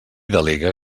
delega